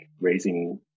raising